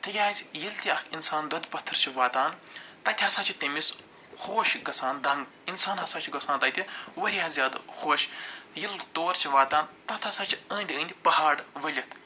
تِکیٛازِ ییٚلہِ تہِ اکھ اِنسان دۄدٕ پتھٕر چھُ واتان تَتہِ ہَسا چھِ تٔمِس ہوش گَژھان دن اِنسان ہَسا چھُ گَژھان تَتہِ وارِیاہ زیادٕ خۄش ییٚلہِ تور چھِ واتان تتھ ہَسا چھِ أنٛدۍ أنٛدۍ پہاڑ ؤلِتھ